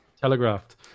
telegraphed